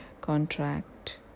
contract